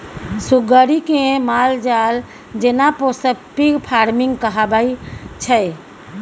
सुग्गरि केँ मालजाल जेना पोसब पिग फार्मिंग कहाबै छै